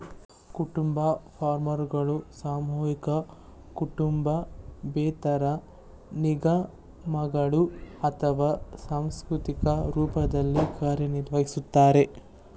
ಕುಟುಂಬ ಫಾರ್ಮ್ಗಳು ಸಾಮೂಹಿಕ ಕುಟುಂಬೇತರ ನಿಗಮಗಳು ಅಥವಾ ಸಾಂಸ್ಥಿಕ ರೂಪದಲ್ಲಿ ಕಾರ್ಯನಿರ್ವಹಿಸ್ತವೆ